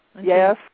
Yes